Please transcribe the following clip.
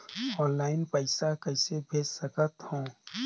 Online पइसा कइसे भेज सकत हो?